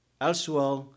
Elsewhere